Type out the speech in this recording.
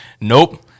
nope